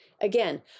Again